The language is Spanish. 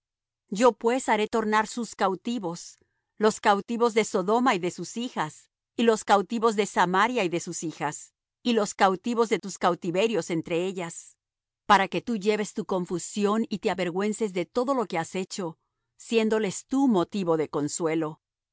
yo pues haré tornar sus cautivos los cautivos de sodoma y de sus hijas y los cautivos de samaria y de sus hijas y los cautivos de tus cautiverios entre ellas para que tú lleves tu confusión y te avergüences de todo lo que has hecho siéndoles tú motivo de consuelo